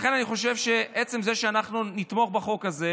לכן אני חושב שבעצם זה שאנחנו נתמוך בחוק הזה,